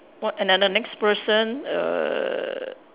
what another next person err